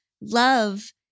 love